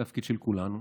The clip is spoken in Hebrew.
התפקיד של כולנו.